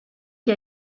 qui